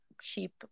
cheap